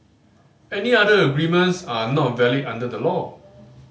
any other agreements are not valid under the law